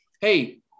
Hey